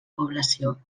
població